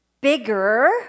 bigger